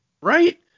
right